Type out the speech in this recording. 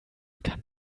kann